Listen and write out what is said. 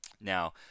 now